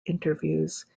interviews